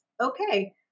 okay